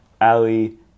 ali